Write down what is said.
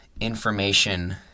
information